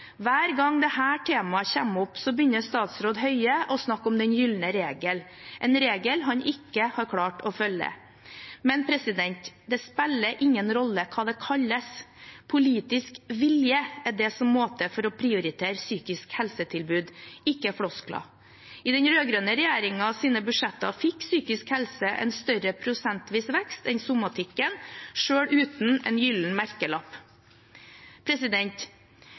Hver gang dette temaet kommer opp, begynner statsråd Høie å snakke om den gylne regel, en regel han ikke har klart å følge. Men det spiller ingen rolle hva det kalles, politisk vilje er det som må til for å prioritere psykisk helse-tilbud, ikke floskler. I den rød-grønne regjeringens budsjetter fikk psykisk helse en større prosentvis vekst enn somatikken, selv uten en gyllen merkelapp.